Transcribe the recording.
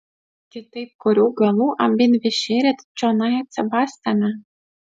kitaip kurių galų abidvi šįryt čionai atsibastėme